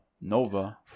Nova